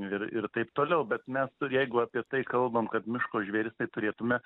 ir ir taip toliau bet mes tu jeigu apie tai kalbam kad miško žvėrys tai turėtume